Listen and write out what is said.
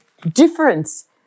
difference